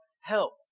help